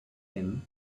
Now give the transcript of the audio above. thin